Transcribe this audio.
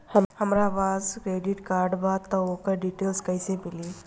हमरा पास credit card बा त ओकर डिटेल्स कइसे मिली?